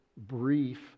brief